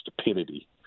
stupidity